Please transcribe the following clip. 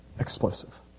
Explosive